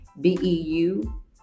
b-e-u